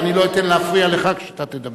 ואני לא אתן להפריע לך כשאתה תדבר.